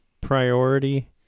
priority